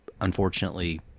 Unfortunately